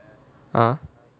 ah